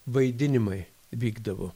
vaidinimai vykdavo